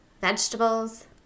vegetables